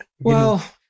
Well-